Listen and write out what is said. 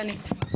דנית.